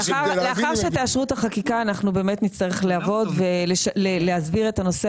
לאחר שתאשרו את החקיקה אנחנו באמת נצטרך לעבוד ולהסביר את הנושא